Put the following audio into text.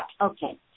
Okay